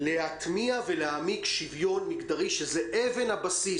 להטמיע ולהעמיק שוויון מגדרי, שזה אבן הבסיס.